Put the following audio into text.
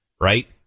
right